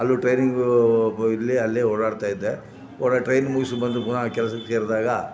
ಅಲ್ಲೂ ಟ್ರೈನಿಂಗೂ ಇಲ್ಲೇ ಅಲ್ಲೇ ಓಡಾಡ್ತಾಯಿದ್ದೆ ಓಡಾ ಟ್ರೈನ್ ಮುಗಿಸಿ ಬಂದು ಪುನಃ ಆ ಕೆಲ್ಸಕ್ಕೆ ಸೇರಿದಾಗ